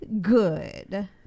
good